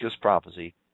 prophecy